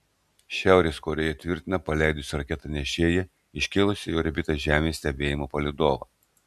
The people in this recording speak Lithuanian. šiaurės korėja tvirtina paleidusi raketą nešėją iškėlusią į orbitą žemės stebėjimų palydovą